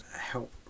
help